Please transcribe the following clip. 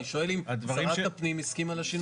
אני שואל האם שרת הפנים הסכימה לשינויים האלה?